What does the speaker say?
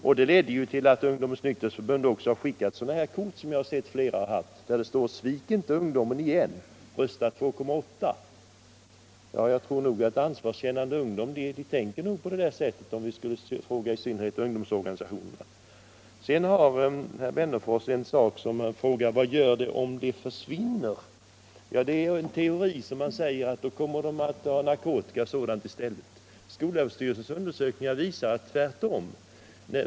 Detta ledde till att Ungdomens nykterhetsförbund har skickat ut sådana här kort — som jag sett att flera här har — där det står: Svik inte ungdomen igen, rösta 2,8. Jag tror nog att ansvarskännande ungdom tänker på det sättet; i synnerhet skulle vi få sådant besked om vi frågade ungdomsorganisationerna. Sedan frågar herr Wennerfors: Vad gör ungdomen om mellanölet försvinner? Vissa teorier säger att de då kommer att ta till narkotika och sådant i stället. Skolöverstyrelsens undersökning visar motsatsen.